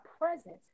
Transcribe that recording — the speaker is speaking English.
presence